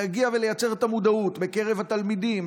להגיע ולייצר את המודעות בקרב התלמידים,